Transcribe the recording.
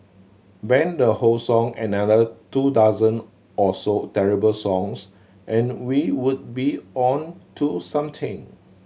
ban the whole song and another two dozen or so terrible songs and we would be on to something